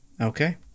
Okay